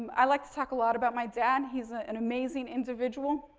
i like to talk a lot about my dad, he's an amazing individual.